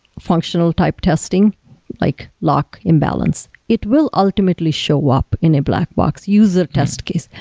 functional type testing like lock imbalance, it will ultimately show up in a black box user test case.